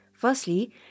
firstly